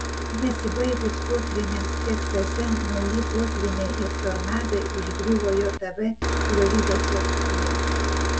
nesibaigus potvyniams teksase nauji potvyniai ir tornadai užgriuvo jav floridos valstiją